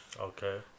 okay